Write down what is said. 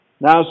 Now